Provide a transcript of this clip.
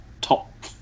top